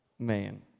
Man